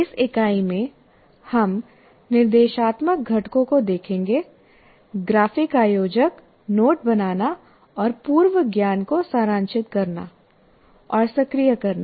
इस इकाई में हम निर्देशात्मक घटकों को देखेंगे ग्राफिक आयोजक नोट बनाना और पूर्व ज्ञान को सारांशित करना और सक्रिय करना